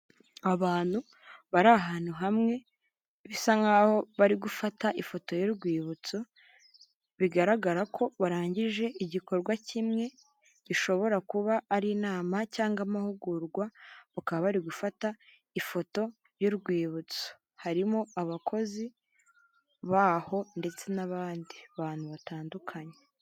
Abantu bari ahantu hamwe bisa nkaho bari gufata ifoto y'urwibutso, bigaragara ko barangije igikorwa kimwe gishobora kuba ari inama cyangwa amahugurwa, bakaba bari gufata ifoto y'urwibutso harimo abakozi baho ndetse n'abandi bantu batandukanye.